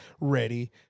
ready